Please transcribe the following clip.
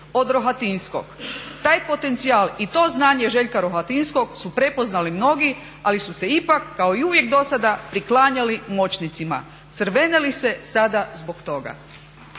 od Rohatinskog. Taj potencijal i to znanje Željka Rohatinskog su prepoznali mnogi, ali su se ipak kao i uvijek do sada priklanjali moćnicima. Crvene li se sada zbog toga?"